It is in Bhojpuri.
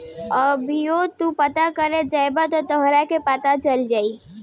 अभीओ तू पता करे जइब त तोहरा के पता चल जाई